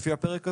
לפי הפרק הזה,